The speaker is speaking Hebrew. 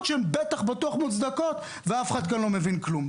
שהן בטוח מוצדקות רק שאף אחד כאן לא מבין כלום.